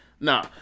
nah